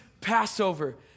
Passover